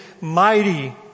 mighty